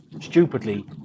Stupidly